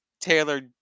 Taylor